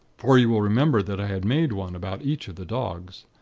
for you will remember that i had made one about each of the dogs.